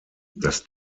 das